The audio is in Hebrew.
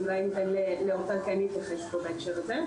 אז אולי ניתן לאורטל להתייחס לזה בהקשר הזה.